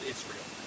Israel